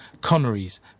connery's